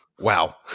wow